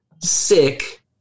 sick